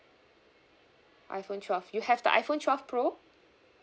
iphone twelve you have the iphone twelve pro